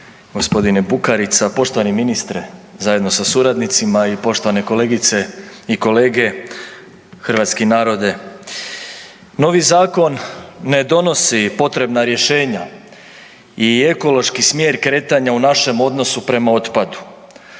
poštovani g. Bukarica, poštovani ministre zajedno sa suradnicima i poštovane kolegice i kolege, hrvatski narode. Novi zakon ne donosi potrebna rješenja i ekološki smjer kretanja u našem odnosu prema otpadu.